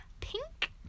pink